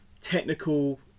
technical